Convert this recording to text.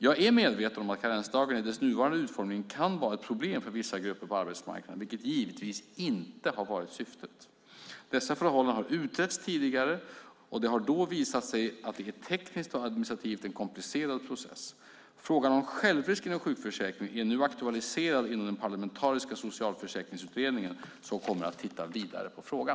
Jag är medveten om att karensdagen i sin nuvarande utformning kan vara ett problem för vissa grupper på arbetsmarknaden, vilket givetvis inte har varit syftet. Dessa förhållanden har utretts tidigare, och det har då visat sig att det är en tekniskt och administrativt komplicerad process. Frågan om självrisk inom sjukförsäkringen är nu aktualiserad inom den parlamentariska Socialförsäkringsutredningen, som kommer att titta vidare på frågan.